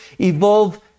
evolve